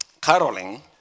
Caroling